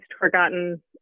forgotten